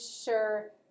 sure